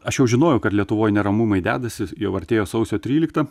aš jau žinojau kad lietuvoj neramumai dedasi jau artėjo sausio trylikta